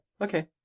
Okay